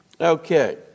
Okay